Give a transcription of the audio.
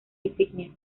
insignia